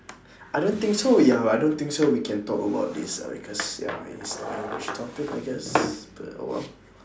I don't think sorry ah I don't think so we can talk about this sorry cause ya it is not an english topic I guess but oh well